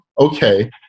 Okay